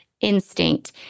instinct